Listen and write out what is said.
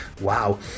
wow